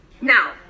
Now